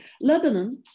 Lebanon